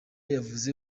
yavuze